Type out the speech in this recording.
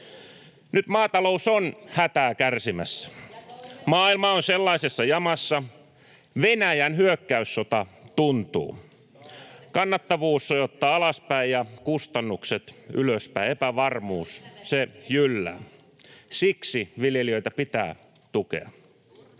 oli sitä mieltä, että se oli edellinen hallitus!] Venäjän hyökkäyssota tuntuu. Kannattavuus sojottaa alaspäin ja kustannukset ylöspäin. Epävarmuus jyllää. Siksi viljelijöitä pitää tukea.